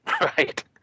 Right